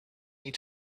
need